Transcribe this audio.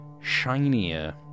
shinier